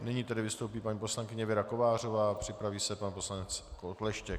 Nyní vystoupí paní poslankyně Věra Kovářová, připraví se pan poslanec Okleštěk.